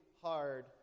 hard